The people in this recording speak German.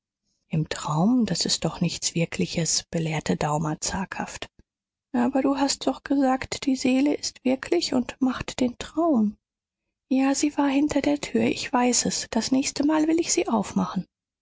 im traum das ist doch nichts wirkliches belehrte daumer zaghaft aber du hast doch gesagt die seele ist wirklich und macht den traum ja sie war hinter der tür ich weiß es das nächste mal will ich sie aufmachen